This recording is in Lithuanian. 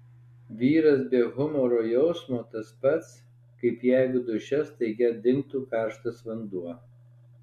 vyras be humoro jausmo tas pats kaip jeigu duše staiga dingtų karštas vanduo